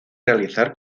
realizar